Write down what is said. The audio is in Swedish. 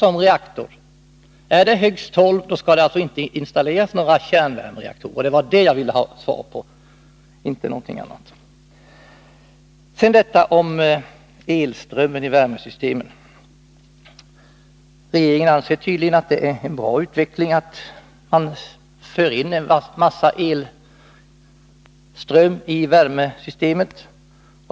Är det fråga om högst tolv reaktorer skall det inte installeras några kärnvärmereaktorer — det var det jag ville ha besked om, inte någonting annat. Beträffande elströmmen i värmesystemen anser regeringen tydligen att det är en bra utveckling att man för in en massa elström i värmesystemet.